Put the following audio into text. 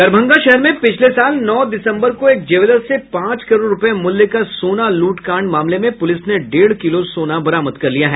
दरभंगा शहर में पिछले साल नौ दिसम्बर को एक ज्वेलर्स से पांच करोड़ रूपये मूल्य का सोना लूटकांड में पुलिस ने डेढ़ किलो सोना बरामद कर लिया है